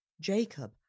Jacob